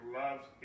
loves